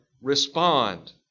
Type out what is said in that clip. respond